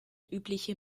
übliche